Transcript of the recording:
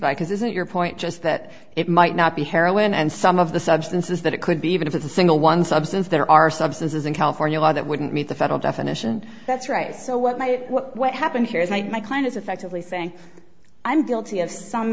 because isn't your point just that it might not be heroin and some of the substances that it could be even if it's a single one substance there are substances in california law that wouldn't meet the federal definition that's right so what might what happened here is what my client is effectively saying i'm guilty of some